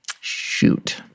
Shoot